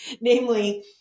Namely